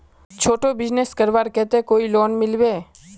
छोटो बिजनेस करवार केते कोई लोन मिलबे?